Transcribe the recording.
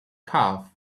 calf